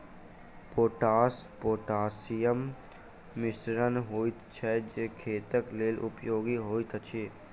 potash पोटासियमक मिश्रण होइत छै जे खेतक लेल उपयोगी होइत अछि